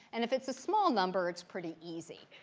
and if it's a small number, it's pretty easy.